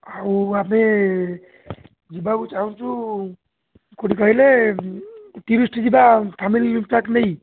ଆଉ ଆମେ ଯିବାକୁ ଚାହୁଁଛୁ କେଉଁଠି କହିଲେ ଟୁରିଷ୍ଟ ଯିବା ଫ୍ୟାମିଲି ପ୍ୟାକ୍ ନେଇ